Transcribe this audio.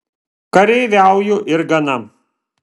kareiviauju ir gana